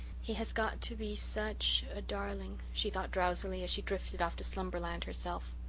he has got to be such a darling, she thought drowsily, as she drifted off to slumberland herself.